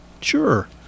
sure